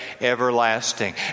everlasting